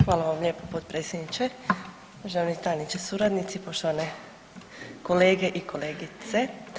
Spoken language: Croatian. Hvala vam lijepo potpredsjedniče, državni tajniče i suradnici, poštovane kolege i kolegice.